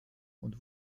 und